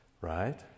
right